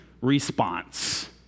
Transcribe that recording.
response